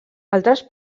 altres